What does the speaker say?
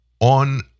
On